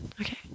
Okay